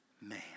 man